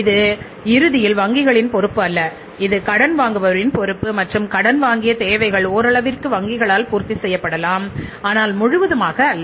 இது இறுதியில் வங்கிகளின் பொறுப்பு அல்ல இது கடன் வாங்குபவரின் பொறுப்பு மற்றும் கடன் வாங்கிய தேவைகள் ஓரளவிற்கு வங்கிகளால் பூர்த்தி செய்யப்படலாம் ஆனால் முழுவதுமாக அல்ல